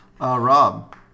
Rob